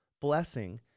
blessing